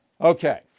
Okay